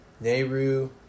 Nehru